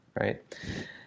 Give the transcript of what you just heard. right